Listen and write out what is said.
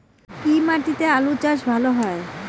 কি মাটিতে আলু চাষ ভালো হয়?